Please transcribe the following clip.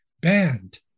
banned